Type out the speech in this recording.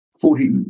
Forty